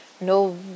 No